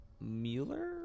Mueller